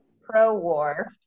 pro-war